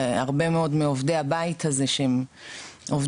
והרבה מאד מעובדי הבית הזה שהם עובדים